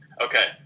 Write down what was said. okay